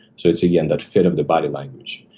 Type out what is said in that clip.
so it's, again, that fit of the body language.